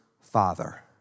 Father